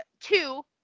two